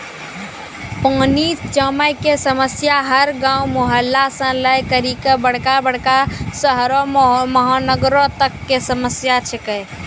पानी जमै कॅ समस्या हर गांव, मुहल्ला सॅ लै करिकॅ बड़का बड़का शहरो महानगरों तक कॅ समस्या छै के